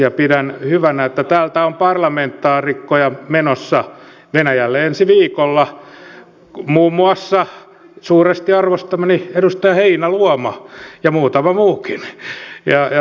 ja pidän hyvänä että täältä on parlamentaarikkoja menossa venäjälle ensi viikolla muun muassa suuresti arvostamani edustaja heinäluoma ja muutama muukin